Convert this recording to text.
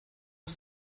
els